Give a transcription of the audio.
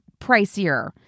pricier